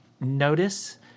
notice